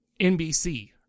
NBC